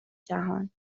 جهان